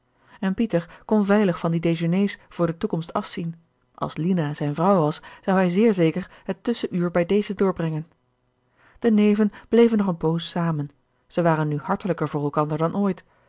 en pieter kon veilig van die dejeuners voor de toekomst afzien als lina zijn vrouw was zou hij zeer zeker het tusschenuur bij deze doorbrengen de neven bleven nog een poos samen zij waren nu hartelijker voor elkander dan ooit